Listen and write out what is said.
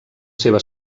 seva